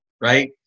right